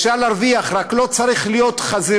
אפשר להרוויח, רק לא צריך להיות חזירים.